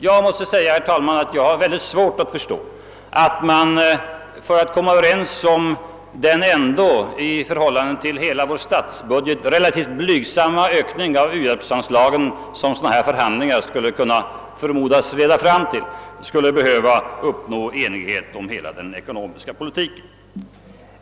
Herr talman! Jag har mycket svårt att förstå att man för att komma överens om den ändå i förhållande till hela vår statsbudget relativt blygsamma ökning av u-hjälpsanslagen, som dessa förhandlingar skulle kunna förmodas leda fram till, skulle behöva enighet om hela den ekonomiska politiken.